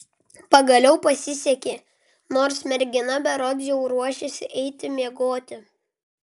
pagaliau pasisekė nors mergina berods jau ruošėsi eiti miegoti